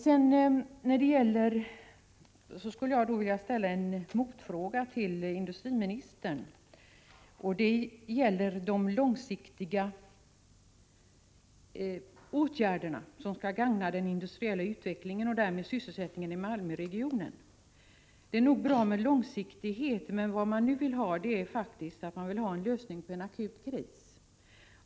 Jag skulle vilja beröra en annan fråga som industriministern tar upp i svaret. Det gäller de långsiktiga åtgärder som skall gagna den industriella utvecklingen och därmed sysselsättningen i Malmöregionen. Det är nog bra med långsiktighet, men vad man nu vill ha är faktiskt en lösning på en akut kris.